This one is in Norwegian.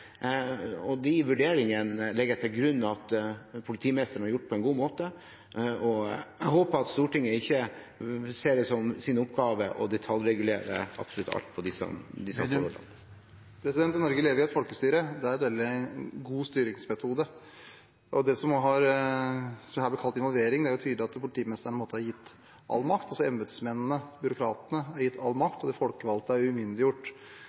og de vurderingene legger jeg til grunn at politimesteren har gjort på en god måte. Jeg håper at Stortinget ikke ser det som sin oppgave å detaljregulere absolutt alt her. I Norge lever vi i et folkestyre, og det er en veldig god styringsmetode. Det som her ble kalt involvering: Det er tydelig at politimestrene på en måte er gitt all makt – altså embetsmennene og byråkratene er gitt all makt, og de folkevalgte er umyndiggjort.